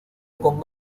con